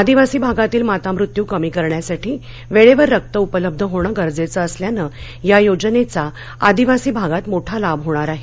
आदिवासी भागातील मातामृत्यू कमी करण्यासाठी वेळेवर रक्त उपलब्ध होणं गरजेचं असल्यानं या योजनेचा आदिवासी भागात मोठा लाभ होणार आहे